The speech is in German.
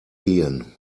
gehen